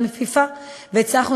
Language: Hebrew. הצלחנו